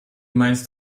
meinst